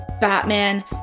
Batman